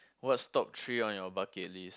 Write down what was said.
what's top three on your bucket list